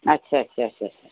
अच्छा अच्छा अच्छा